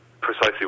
Precisely